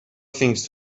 things